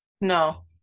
No